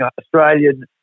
Australian